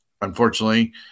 Unfortunately